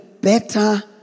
better